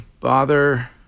bother